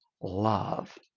love